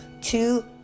two